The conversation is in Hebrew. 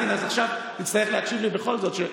אז הינה עכשיו תצטרך להקשיב לי בכל זאת: